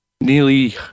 nearly